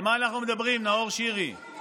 שייפתח נגד החוק.